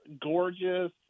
gorgeous